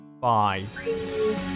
Bye